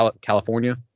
California